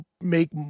make